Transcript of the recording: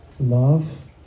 Love